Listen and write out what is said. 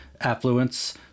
affluence